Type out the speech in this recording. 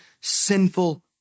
sinful